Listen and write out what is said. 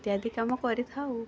ଇତ୍ୟାଦି କାମ କରିଥାଉ